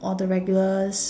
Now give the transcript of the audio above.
all the regulars